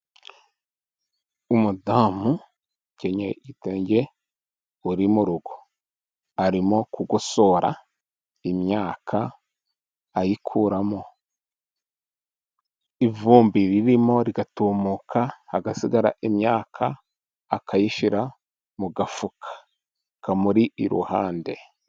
Umudamu ukenyeye igitenge, uri murugo arimokugosora imyaka ayikuramo ivumbi ririmo, rigatumuka hagasigara imyaka, akayishyira mu gafuka kamuri iruhande.